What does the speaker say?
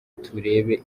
turebe